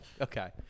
Okay